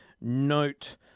note